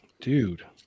dude